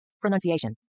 Pronunciation